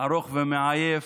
ארוך ומעייף,